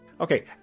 Okay